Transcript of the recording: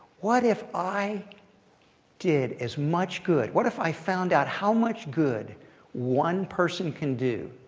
what if i did as much good, what if i found out how much good one person can do,